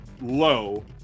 low